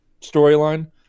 storyline